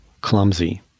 clumsy